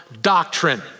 doctrine